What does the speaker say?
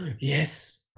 Yes